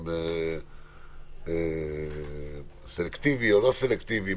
אם זה סלקטיבי או לא סלקטיבי,